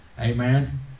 Amen